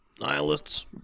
nihilists